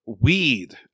weed